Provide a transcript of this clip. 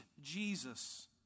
Jesus